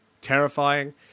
terrifying